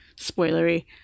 spoilery